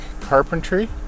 carpentry